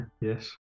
Yes